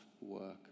work